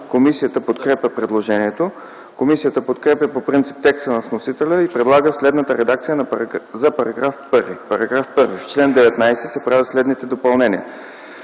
Комисията подкрепя предложението. Комисията подкрепя по принцип текста на вносителя и предлага следната редакция за § 1: „§ 1. В чл. 19 се правят следните допълнения: